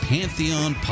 Pantheon